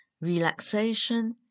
relaxation